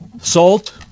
Salt